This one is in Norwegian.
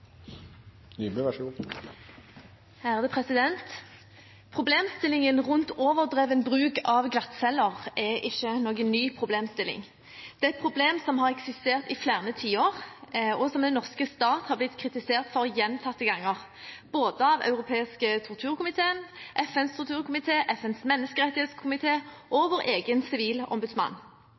ikke noen ny problemstilling. Det er et problem som har eksistert i flere tiår, og som den norske stat har blitt kritisert for gjentatte ganger av både Den europeiske torturkomiteen, FNs torturkomité, FNs menneskerettighetskomité og vår egen sivilombudsmann.